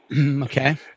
Okay